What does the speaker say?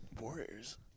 Warriors